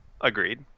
Agreed